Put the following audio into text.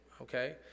okay